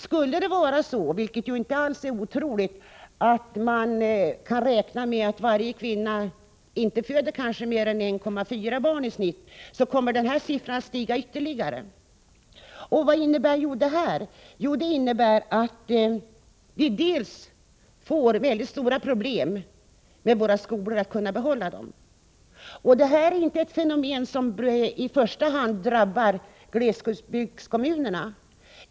Om vi räknar med att varje kvinna i snitt inte föder mer än 1,4 barn — vilket inte alls är otroligt — kommer siffrorna för minskningen av antalet barn att stiga ytterligare. Vad innebär då detta? Jo, att vi kommer att få mycket stora problem att behålla våra skolor. Detta är inget fenomen som i första hand drabbar glesbygdskommunerna.